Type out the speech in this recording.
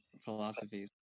philosophies